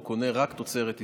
הוא קונה רק תוצרת ישראלית.